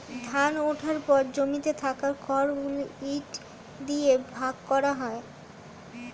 ধান ওঠার পর জমিতে থাকা খড় ইট দিয়ে ভাগ করা হয়